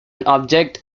object